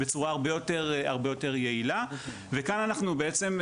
בצורה הרבה יותר יעילה וכאן אנחנו בעצם,